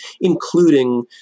including